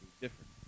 different